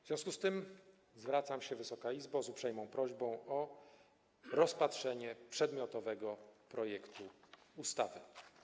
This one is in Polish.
W związku z tym zwracam się, Wysoka Izbo, z uprzejmą prośbą o rozpatrzenie przedmiotowego projektu ustawy.